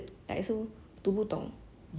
I feel like actually I dramas